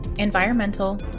environmental